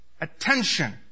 attention